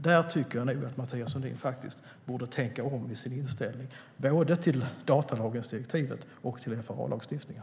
Jag tycker nog att Mathias Sundin borde tänka om i sin inställning både till datalagringsdirektivet och till FRA-lagstiftningen.